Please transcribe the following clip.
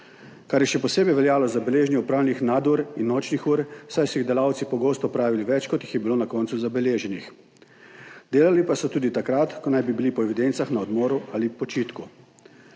kar je še posebej veljalo za beleženje opravljenih nadur in nočnih ur, saj so jih delavci pogosto opravili več kot jih je bilo na koncu zabeleženih, delali pa so tudi takrat, ko naj bi bili po evidencah na odmoru ali počitku.